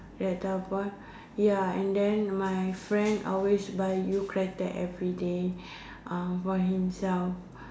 that type of point ya and then my friend always buy everyday uh for himself